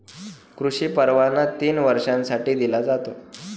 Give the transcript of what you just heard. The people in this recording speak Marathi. कृषी परवाना तीन वर्षांसाठी दिला जातो